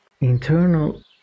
internal